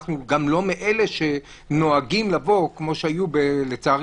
אנחנו גם לא מאלה שנוהגים לבוא כמו שהיו לצערי